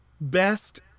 best